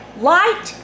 light